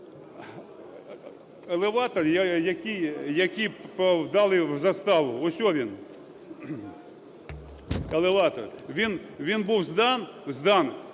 Елеватор, який дали в заставу (ось він, елеватор), він був здан,